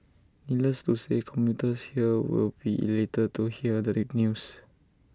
needless to say commuters here will be elated to hear the news